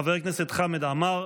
חבר הכנסת חמד עמאר,